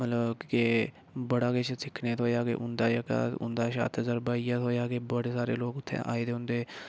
मतलब कि बड़ा किश सिक्खने थ्होया कि उं'दा जेह्का उं'दे शा तजरबा होइया इ'यै थ्होया की बड़े सारे लोग उ'त्थें आये दे होंदे